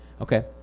Okay